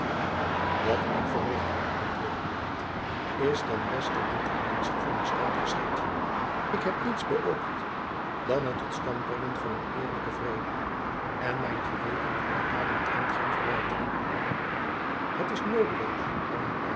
wat ik verricht heb antwoordde buat is ten beste en ter dienste van den staat geschied ik heb niets beöogd dan het tot stand brengen van een eerlijken vrede en mijn geweten doet my daaromtrent geen verwijtingen jacob van lennep elizabeth musch het is noodeloos